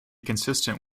consistent